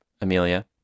Amelia